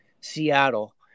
Seattle